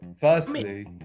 firstly